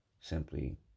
Simply